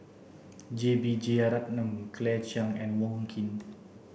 J B Jeyaretnam Claire Chiang and Wong Keen